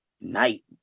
night